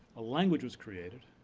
a language was created,